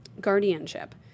guardianship